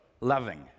loving